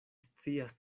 scias